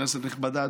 כנסת נכבדה,